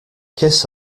kiss